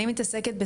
אני מתעסקת,